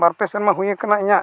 ᱵᱟᱨᱯᱮ ᱥᱮᱨᱢᱟ ᱦᱩᱭᱟᱠᱟᱱᱟ ᱤᱧᱟᱹᱜ